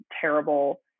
terrible